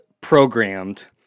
programmed